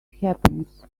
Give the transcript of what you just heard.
happens